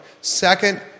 Second